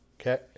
Okay